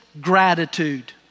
gratitude